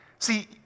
See